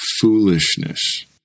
foolishness